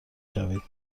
شوید